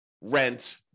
rent